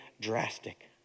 drastic